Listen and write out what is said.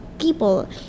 people